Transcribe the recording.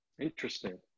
Interesting